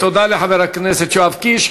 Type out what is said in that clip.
תודה לחבר הכנסת יואב קיש.